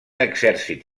exèrcit